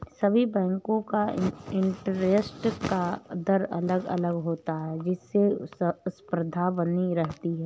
सभी बेंको का इंटरेस्ट का दर अलग अलग होता है जिससे स्पर्धा बनी रहती है